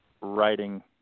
writing